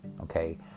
okay